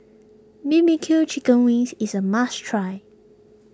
B B Q Chicken Wings is a must try